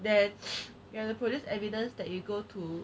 then you have to produce evidence that you go to